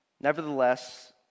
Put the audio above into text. Nevertheless